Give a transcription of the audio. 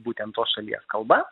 būtent tos šalies kalba